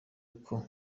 uko